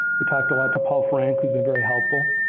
we talked like to paul frank, who's been very helpful.